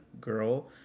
girl